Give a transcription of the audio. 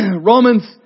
Romans